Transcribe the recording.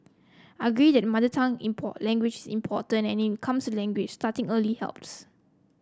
I agree that mother tongue language is important and when it comes to language starting early helps